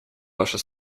ваши